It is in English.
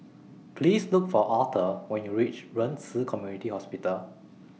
Please Look For Arthur when YOU REACH Ren Ci Community Hospital